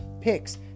picks